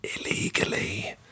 illegally